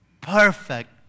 perfect